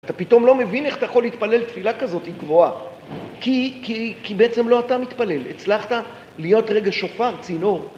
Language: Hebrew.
אתה פתאום לא מבין איך אתה יכול להתפלל תפילה כזאתי גבוהה, כי, כי, כי בעצם לא אתה מתפלל, הצלחת להיות רגע שופר, צינור